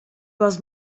was